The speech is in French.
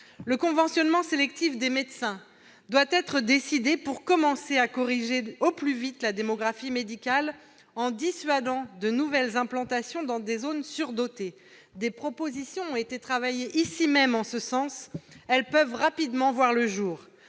Le conventionnement sélectif des médecins doit être décidé pour commencer à corriger au plus vite la démographie médicale en dissuadant de nouvelles implantations dans des zones surdotées. Des propositions ont été travaillées ici même en ce sens, elles peuvent rapidement voir le jour.